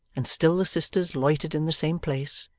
and still the sisters loitered in the same place,